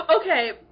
Okay